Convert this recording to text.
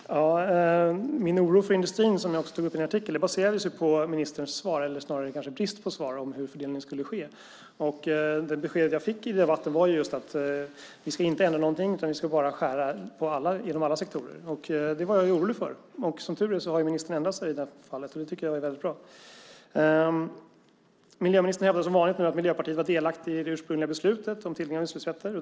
Herr talman! Min oro för industrin, som jag också tog upp i en artikel, baserade sig ju på ministerns svar eller kanske snarare bristen på svar om hur fördelningen skulle ske. Det besked jag fick i debatten var just att vi inte skulle ändra någonting, vi skulle bara skära inom alla sektorer. Det var jag orolig för. Som tur är har ministern ändrat sig i det fallet. Det tycker jag är väldigt bra. Miljöministern hävdar som vanligt att Miljöpartiet var delaktigt i det ursprungliga beslutet om tilldelning av utsläppsrätter.